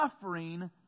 suffering